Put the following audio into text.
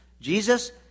Jesus